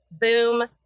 boom